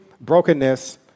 brokenness